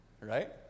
Right